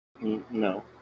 No